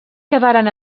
quedaren